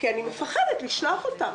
אני מפחדת לשלוח אותו.